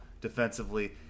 defensively